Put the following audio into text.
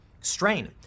strain